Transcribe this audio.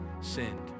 sinned